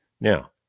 Now